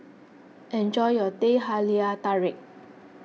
enjoy your Teh Halia Tarik